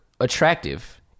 attractive